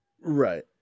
Right